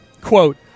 Quote